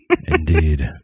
Indeed